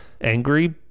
angry